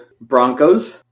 Broncos